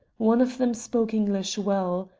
one of them spoke english well.